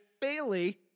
Bailey